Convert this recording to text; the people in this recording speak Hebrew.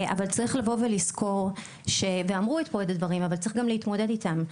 אבל צריך לבוא ולזכור ואמרו פה עוד דברים אבל צריך גם להתמודד איתם,